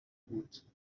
بود